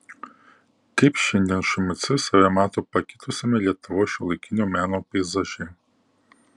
kaip šiandien šmc save mato pakitusiame lietuvos šiuolaikinio meno peizaže